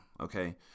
okay